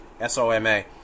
S-O-M-A